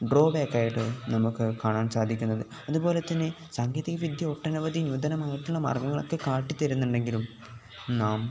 draw back ആയിട്ട് നമുക്ക് കാണാൻ സാധിക്കുന്നത് അതുപോലെ തന്നെ സാങ്കേതികവിദ്യ ഒട്ടനവധി ന്യുതനമായിട്ടുള്ള മാർഗങ്ങളൊക്കെ കാട്ടി തരുന്നുണ്ടെങ്കിലും നാം